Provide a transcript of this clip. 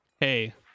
Hey